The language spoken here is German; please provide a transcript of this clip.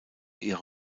ihre